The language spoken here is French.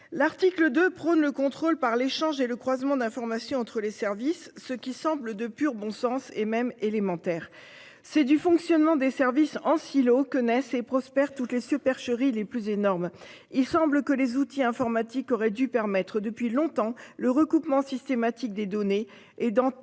L'article de prendre le contrôle par l'échange et le croisement d'informations entre les services, ce qui semble de pur bon sens et même élémentaire. C'est du fonctionnement des services en silos que naisse et prospère toutes les supercheries les plus énormes. Il semble que les outils informatiques auraient dû permettre depuis longtemps le recoupement systématique des données et dans